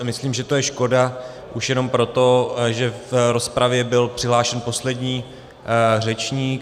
Myslím, že to je škoda už jenom proto, že v rozpravě byl přihlášen poslední řečník.